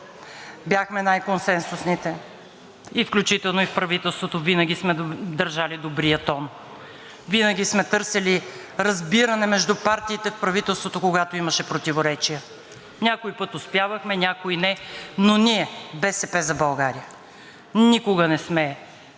бяхме най-консенсусните, включително и в правителството винаги сме държали добрия тон. Винаги сме търсили разбиране между партиите, в правителството, когато имаше противоречия. Някой път успявахме, някой – не, но ние, „БСП за България“, никога не сме